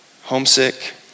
homesick